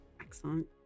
Excellent